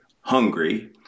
hungry